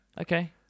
Okay